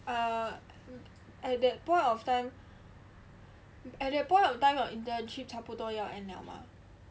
uh at that point of time at that point of time internship 要差不多 end liao mah